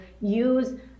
use